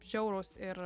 žiaurūs ir